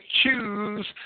choose